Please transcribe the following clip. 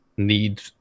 Need